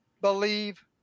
believe